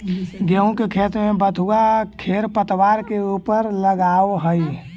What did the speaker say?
गेहूँ के खेत में बथुआ खेरपतवार के ऊपर उगआवऽ हई